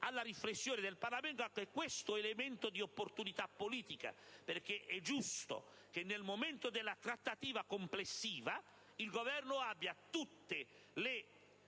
alla riflessione del Parlamento anche questo elemento di opportunità politica, perché è giusto che, nel momento della trattativa complessiva, il Governo abbia tutte le